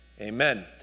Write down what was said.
Amen